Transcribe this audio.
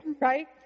right